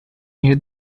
near